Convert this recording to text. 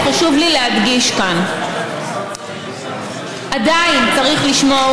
אז חשוב לי להדגיש כאן: עדיין צריך לשמור